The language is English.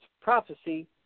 prophecy